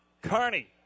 Carney